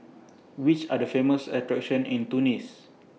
Which Are The Famous attractions in Tunis